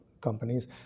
companies